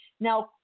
Now